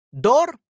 Dor